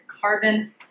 carbon